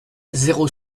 zéro